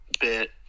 bit